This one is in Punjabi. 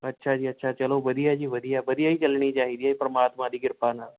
ਅੱਛਾ ਜੀ ਅੱਛਾ ਚਲੋ ਵਧੀਆ ਜੀ ਵਧੀਆ ਵਧੀਆ ਹੀ ਚੱਲਣੀ ਚਾਹੀਦੀ ਹੈ ਪ੍ਰਮਾਤਮਾ ਦੀ ਕ੍ਰਿਪਾ ਨਾਲ਼